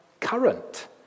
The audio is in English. current